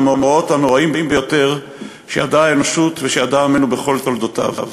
מהמאורעות הנוראים ביותר שידעה האנושות ושידע עמנו בכל תולדותיו.